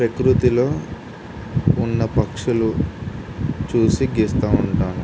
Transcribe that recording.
ప్రకృతిలో ఉన్న పక్షులు చూసి గీస్తూ ఉంటాను